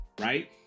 right